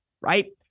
right